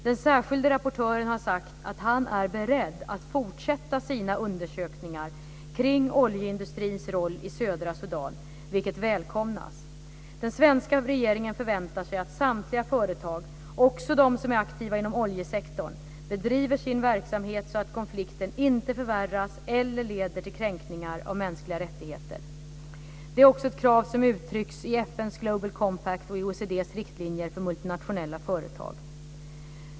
Den särskilde rapportören har sagt att han är beredd att fortsätta sina undersökningar kring oljeindustrins roll i södra Sudan, vilket välkomnas. Den svenska regeringen förväntar sig att samtliga företag, också de som är aktiva inom oljesektorn, bedriver sin verksamhet så att konflikten inte förvärras eller leder till kränkningar av mänskliga rättigheter. Detta är också ett krav som uttrycks i FN:s Global Compact och i OECD:s riktlinjer för multinationella företag.